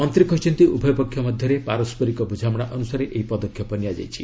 ମନ୍ତ୍ରୀ କହିଛନ୍ତି ଉଭୟ ପକ୍ଷ ମଧ୍ୟରେ ପାରସ୍କରିକ ବୃଝାମଣା ଅନୁସାରେ ଏହି ପଦକ୍ଷେପ ନିଆଯାଇଛି